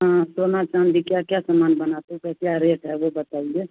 हाँ सोना चाँदी क्या क्या सामान बनाते क्या रेट है वह बताइए